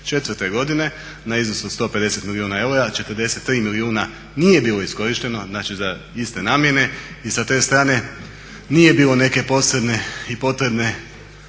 je 2004. godine na iznos od 150 milijuna eura, a 43 milijuna nije bilo iskorišteno, znači za iste namjene, i sa te strane nije bilo neke posebne i potrebne